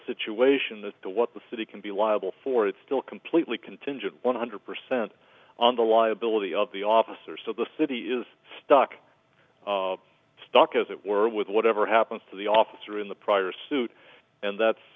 situation that the what the city can be liable for it's still completely contingent one hundred percent on the liability of the officer so the city is stuck stuck as it were with whatever happens to the officer in the prior suit and that's